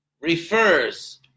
refers